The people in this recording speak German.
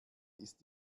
ist